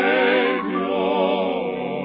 Savior